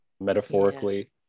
metaphorically